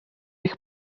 eich